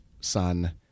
son